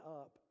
up